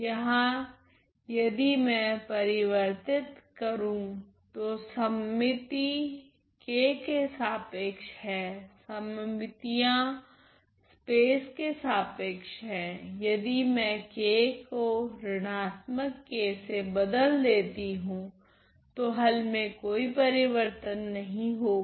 यहाँ यदि मैं परिवर्तित करू तो सममिति k के सापेक्ष है सममितियां स्पेस के सापेक्ष हैं यदि मैं k को ऋणात्मक k से बदल देती हूँ तो हल में कोई परिवर्तन नहीं होगा